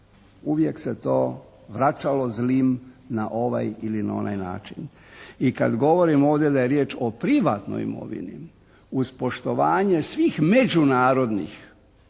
Uvijek se to vraćalo zlim na ovaj ili na onaj način. I kad govorimo ovdje da je riječ o privatnoj imovini, uz poštovanje svih međunarodnih